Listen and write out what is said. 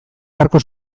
beharko